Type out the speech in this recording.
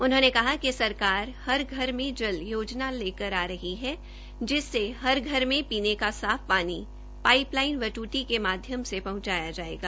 उन्होंने कहा कि हमारी भाजपा सरकार हर घर में जल योजना लेकर आ रही है जिससे हर घर में पीने का साफ पानी पाइपलाइन व ट्रंटी के माध्यम से पहुंचाया जाएगा